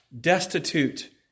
destitute